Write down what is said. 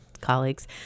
colleagues